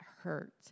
hurt